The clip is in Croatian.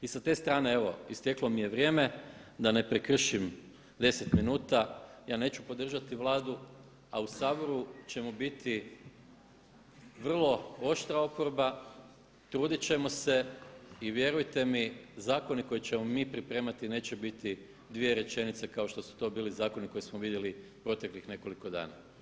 I sa te strane evo isteklo mi je vrijeme, da ne prekršim deset minuta, ja neću podržati Vladu, a u Saboru ćemo biti vrlo oštra oporba, trudit ćemo se i vjerujte mi zakoni koje ćemo mi pripremati neće biti dvije rečenice kao što su to bili zakoni koje smo vidjeli proteklih nekoliko dana.